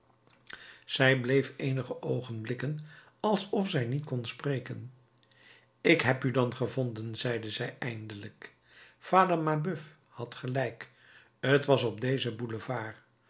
zij bleef eenige oogenblikken alsof zij niet kon spreken ik heb u dan gevonden zeide zij eindelijk vader mabeuf had gelijk t was op dezen boulevard